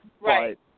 Right